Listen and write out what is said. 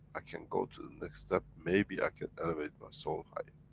i can go to the next step, maybe i can elevate my soul higher?